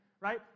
right